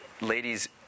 Ladies